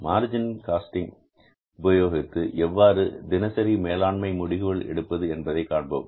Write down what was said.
margin costing உபயோகித்து எவ்வாறு தினசரி மேலாண்மை முடிவுகள் எடுப்பது என்பதை காண்போம்